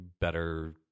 better